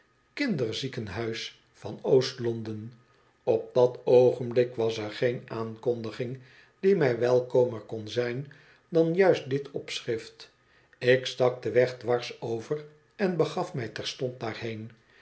kinderziekenhuis van oost londen op dat oogenblik was er geen aankondiging die mij welkomer kon zijn dan juist dit opschrift ik stak den weg dwars over en begaf mij terstond daarheen